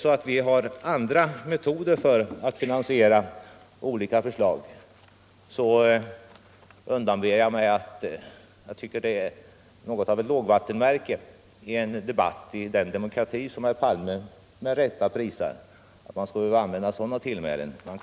Jag tycker att det är något av ett lågvattenmärke i en debatt i den demokrati, som herr Palme med rätta prisar, att sådana tillmälen används.